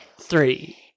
three